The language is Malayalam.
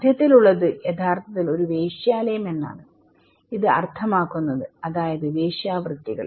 മധ്യത്തിൽ ഉള്ളത്യഥാർത്ഥത്തിൽ ഒരു വേശ്യാലയം എന്നാണ് ഇത് അർത്ഥമാക്കുന്നത് അതായത് വേശ്യാവൃത്തികൾ